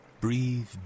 breathe